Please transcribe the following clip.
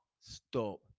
stop